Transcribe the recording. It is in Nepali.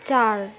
चार